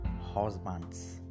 husbands